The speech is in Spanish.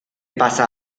pasa